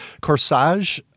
Corsage